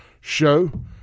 Show